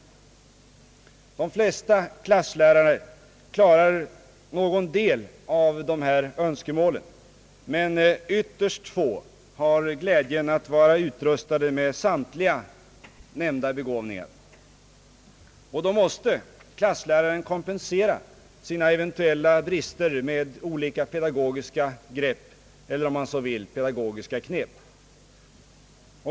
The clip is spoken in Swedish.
De flesta klasslärare klarar någon del av dessa önskemål, men ytterst få har glädjen att vara utrustade med samtliga nämnda begåvningar. Då måste klassläraren kompensera sina eventuella brister med olika pedagogiska grepp eller — om man så vill — pedagogiska knep.